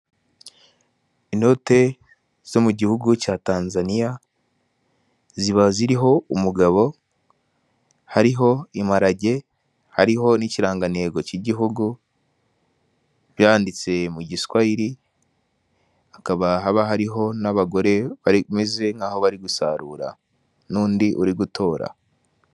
Inote zo mu gihugu cya tanzaniya ziba ziriho umugabo, hariho imparage, hariho n'ikirangantego cy'igihugu, byanditse mu giswahili hakaba haba hariho n'abagore bameze nk'aho bari gusarura n'undi uri gutora.